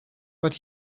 but